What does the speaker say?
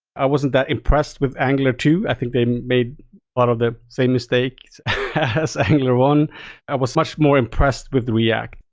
i wasn't that impressed with angular two. i think they made a lot of the same mistake as angular one. i was much more impressed with react,